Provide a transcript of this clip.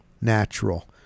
natural